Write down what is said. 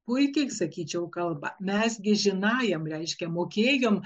puikiai sakyčiau kalba mes gi žinajam reiškia mokėjom